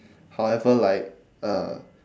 however like